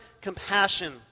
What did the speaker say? compassion